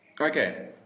Okay